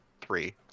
three